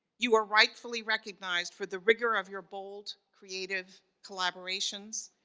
you are rightfully recognized for the rigor of your bold creative collaborations.